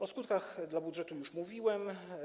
O skutkach dla budżetu już mówiłem.